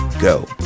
go